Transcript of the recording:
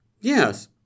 yes